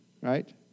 Right